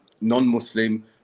non-Muslim